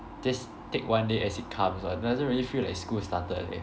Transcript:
just take one day as it comes but doesn't really feel like school started leh